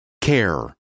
care